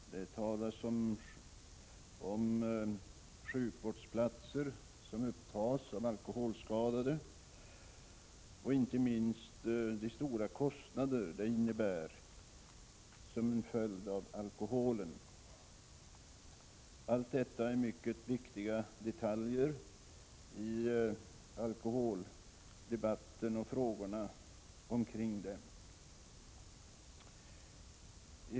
Det talas om hur många sjukvårdsplatser som upptas av alkoholskadade och inte minst om de stora kostnader det innebär som en följd av alkoholen. Allt detta är mycket viktiga detaljer i alkoholdebatten och frågorna kring den.